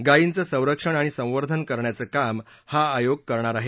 गायींच संरक्षण आणि संवर्धन करण्याचं काम हा आयोग करणार आहे